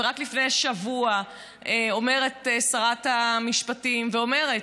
רק לפני שבוע אומרת שרת המשפטים בוועדה: